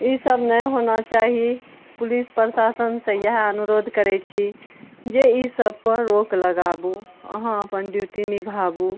ई सब नहि होना चाही पुलिस प्रशासन से इहए अनुरोध करै छी जे ई सब पर रोक लगाबू अहाँ अपन ड्यूटी निभाबू